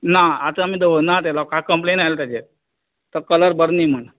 ना आतां आमी दवरना तें लोकां कंम्प्लेन्ट आयला ताचेर तो कलर बरो न्ही म्हूण